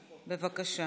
בבקשה.